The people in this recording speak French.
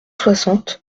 soixante